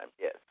yes